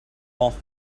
off